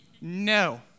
No